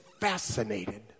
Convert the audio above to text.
fascinated